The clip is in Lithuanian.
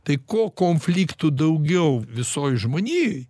tai kuo konfliktų daugiau visoj žmonijoj